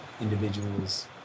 individual's